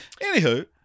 Anywho